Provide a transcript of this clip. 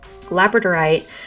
Labradorite